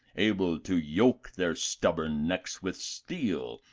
able to yoke their stubborn necks with steel,